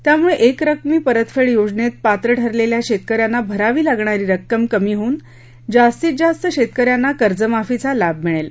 त्यामुळे क्रिकमी परतफेड योजनेत पात्र ठरलेल्या शेतक यांना भरावी लागणारी रक्कम कमी होऊन जास्तीत जास्त शेतक यांना कर्जमाफीचा लाभ मिळेल